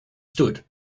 stood